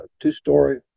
two-story